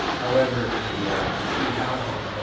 however, the the two houses,